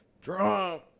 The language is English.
drunk